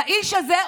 באיזשהו כפר,